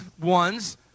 ones